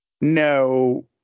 no